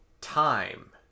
time